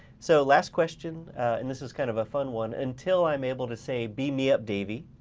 so last question and this is kind of a fun one. until i'm able to say, beam me up, davie,